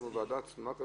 אנחנו ועדה צנועה.